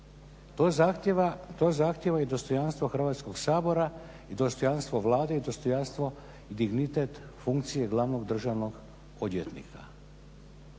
To zahtjeva i dostojanstvo Hrvatskog sabora i dostojanstvo Vlade i dostojanstvo i dignitet funkcije glavnog državnog odvjetnika.